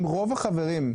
אם רוב החברים,